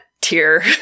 tear